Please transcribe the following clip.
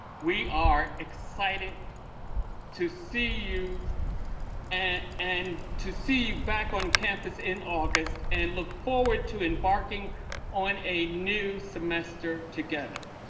we are excited to see you and and to see you back on campus in august. we and look forward to embarking on a new semester together.